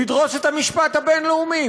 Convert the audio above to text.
לדרוס את המשפט הבין-לאומי,